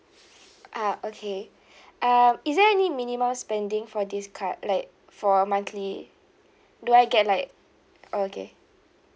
uh okay um is there any minimum spending for this card like for monthly do I get like okay